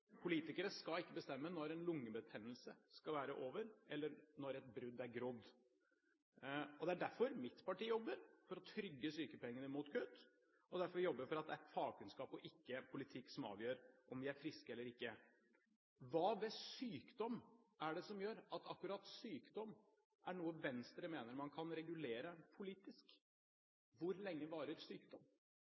politikere kan vedta det. Politikere skal ikke bestemme når en lungebetennelse skal være over, eller når et brudd er grodd. Det er derfor mitt parti jobber for å trygge sykepengene mot kutt og for at det er fagkunnskap og ikke politikk som skal avgjøre om vi er friske eller ikke. Hva ved sykdom er det som gjør at akkurat det er noe Venstre mener man kan regulere politisk? Hvor lenge varer sykdom?